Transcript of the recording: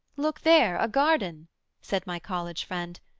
look there, a garden said my college friend,